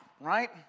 right